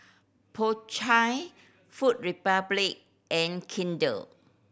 Po Chai Food Republic and Kinder